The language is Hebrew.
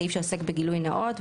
הסעיף שעוסק בגילוי נאות,